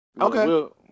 Okay